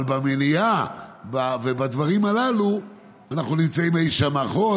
אבל במניעה ובדברים הללו אנחנו נמצאים אי שם מאחור,